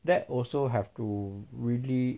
that also have to really